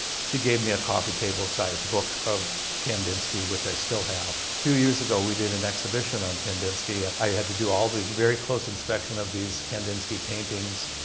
she gave me a coffee-table-sized book of kandinsky, which i still have. two years ago we did an exhibition on kandinsky. and i had to do all the very close inspection of these kandinsky paintings,